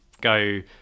go